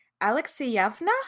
Alexeyevna